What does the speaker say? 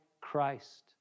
Christ